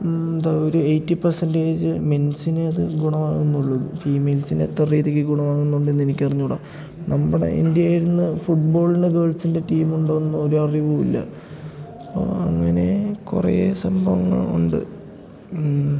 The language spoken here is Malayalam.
എന്താ ഒരു എയ്റ്റി പെർസെൻ്റേജ് മെൻസിനത് ഗുണമാകുന്നുള്ളൂ ഫീമെയിൽസിന് എത്ര രീതിയ്ക്ക് ഗുണമാകുന്നുണ്ടെന്ന് എനിക്കറിഞ്ഞൂട നമ്മുടെ ഇന്ത്യയിൽ നിന്ന് ഫുട്ബോളിന് ഗേൾസിൻ്റെ ടീമുണ്ടോയെന്നും ഒരറിവുമില്ല അങ്ങനെ കുറേ സംഭവങ്ങളുണ്ട്